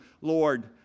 Lord